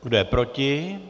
Kdo je proti?